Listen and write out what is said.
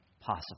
possible